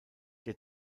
der